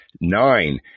Nine